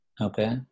Okay